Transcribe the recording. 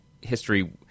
history